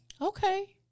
Okay